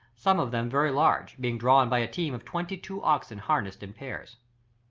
some of them very large, being drawn by a team of twenty-two oxen harnessed in pairs.